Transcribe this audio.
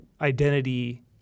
identity